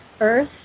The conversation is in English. earth